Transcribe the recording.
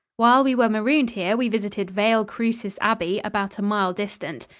while we were marooned here we visited vale crucis abbey, about a mile distant.